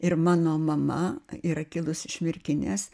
ir mano mama yra kilusi iš merkinės